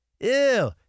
Ew